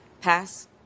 Pass